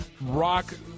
rock